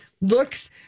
looks